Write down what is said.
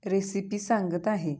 recipe सांगत आहे